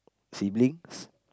siblings